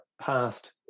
past